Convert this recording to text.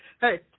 Hey